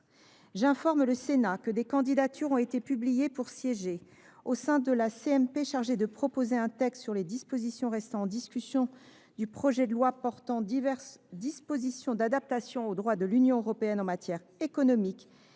J’informe le Sénat que des candidatures ont été publiées pour siéger au sein de la commission mixte paritaire chargée de proposer un texte sur les dispositions restant en discussion du projet de loi portant diverses dispositions d’adaptation au droit de l’Union européenne en matière économique,